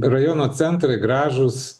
rajono centrai gražūs